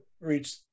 reach –